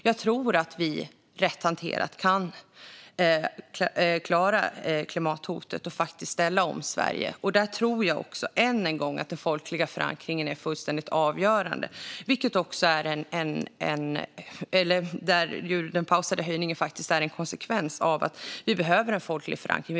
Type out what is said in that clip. Jag tror att vi, rätt hanterat, kan klara klimathotet och faktiskt ställa om Sverige. Där tror jag också, än en gång, att den folkliga förankringen är fullständigt avgörande. Den pausade höjningen är en konsekvens av att vi behöver en folklig förankring.